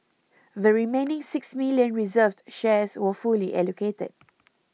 the remaining six million reserved shares were fully allocated